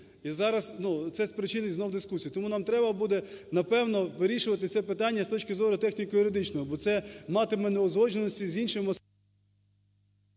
І зараз це спричинить знов дискусію, тому нам треба буде, напевно, вирішувати це питання з точки зору техніко-юридичної, бо це матиме неузгодженості з іншим…